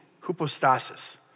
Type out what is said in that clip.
hypostasis